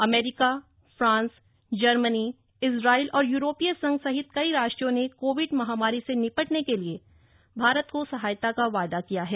अमरीका France Germany Israel और यूरोपीय संघ सहित कई राष्ट्रों ने कोविड महामारी से निपटने के लिए भारत को सहायता का वायदा किया है